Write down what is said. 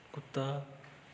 ਕੁੱਤਾ